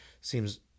seems